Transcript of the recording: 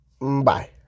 Bye